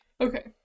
okay